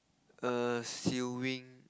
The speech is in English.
err sewing